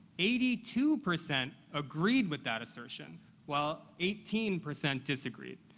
eighty two percent agreed with that assertion while eighteen percent disagreed.